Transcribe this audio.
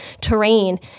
terrain